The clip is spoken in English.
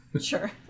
sure